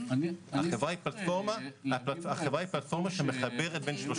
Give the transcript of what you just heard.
החבר היא פלטפורמה שמחברת בין שלושתם.